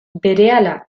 berehala